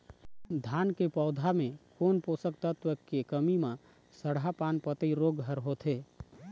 धान के पौधा मे कोन पोषक तत्व के कमी म सड़हा पान पतई रोग हर होथे?